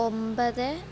ഒമ്പത്